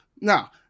Now